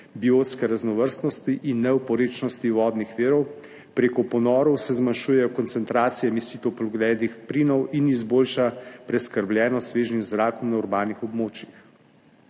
biotske raznovrstnosti in neoporečnosti vodnih virov, preko ponorov se zmanjšujejo koncentracije emisij toplogrednih plinov in izboljša preskrbljenost s svežnjem zrakom na urbanih območjih.